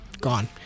Gone